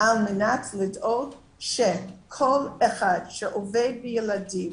על מנת לדאוג שלכל אחד שעובד עם ילדים